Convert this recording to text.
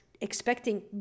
expecting